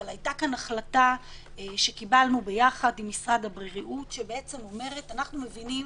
אבל הייתה כאן החלטה שקיבלנו ביחד עם משרד הבריאות שאומרת: אנחנו מבינים